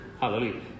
Hallelujah